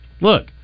look